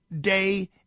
day